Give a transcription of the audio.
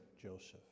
Joseph